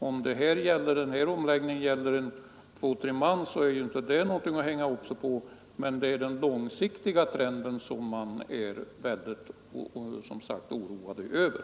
Om omläggningen gäller 2—3 man är det ingenting att hänga upp sig på, men det är just den långsiktiga trenden som man är orolig för.